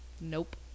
nope